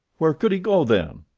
where could he go, then?